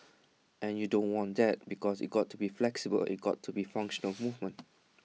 and you don't want that because it's got to be flexible it's got to be functional movement